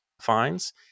fines